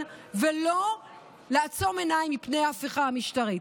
ולא לעצום עיניים מפני ההפיכה המשטרית.